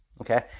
Okay